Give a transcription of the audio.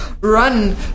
run